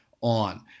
on